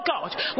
God